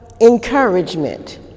encouragement